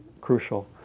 crucial